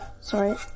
Sorry